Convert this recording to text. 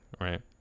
right